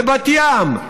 בבת ים,